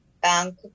bank